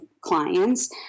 clients